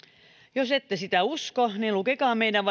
jos ette sitä usko niin lukekaa meidän